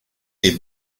est